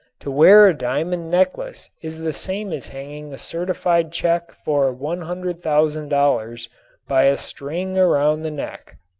to wear a diamond necklace is the same as hanging a certified check for one hundred thousand dollars by a string around the neck.